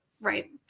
right